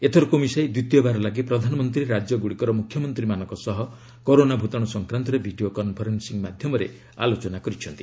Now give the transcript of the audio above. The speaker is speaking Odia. ଏଥରକୁ ମିଶାଇ ଦ୍ୱିତୀୟବାର ଲାଗି ପ୍ରଧାନମନ୍ତ୍ରୀ ରାଜ୍ୟଗୁଡ଼ିକର ମୁଖ୍ୟମନ୍ତ୍ରୀମାନଙ୍କ ସହ କରୋନା ଭୂତାଣୁ ସଂକ୍ରାନ୍ତରେ ଭିଡ଼ିଓ କନଫରେନ୍ସିଂ ମାଧ୍ୟମରେ ଆଲୋଚନା କରିଛନ୍ତି